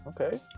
Okay